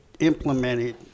implemented